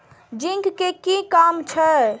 Zinc के कि काम छै?